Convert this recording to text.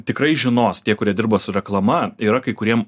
tikrai žinos tie kurie dirba su reklama yra kai kuriem